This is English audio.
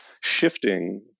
shifting